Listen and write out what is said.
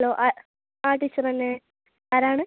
hello ആ ആ teacher തന്നെ ആരാണ്